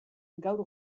gaur